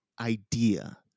idea